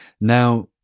Now